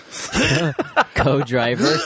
Co-driver